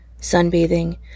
sunbathing